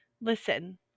listen